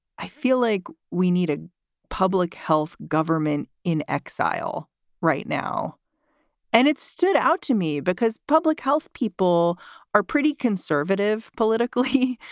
i feel like we need a public health government in exile right now and it stood out to me because public health people are pretty conservative politically.